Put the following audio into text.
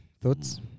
Thoughts